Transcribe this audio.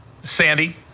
Sandy